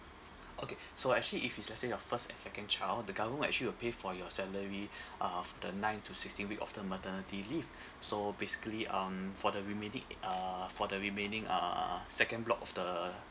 okay so actually if it let say your first and second child the government actually will pay for your salary of the nine to sixteen week of the maternity leave so basically um for the remaining eight uh for the remaining uh second block of the